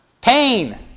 Pain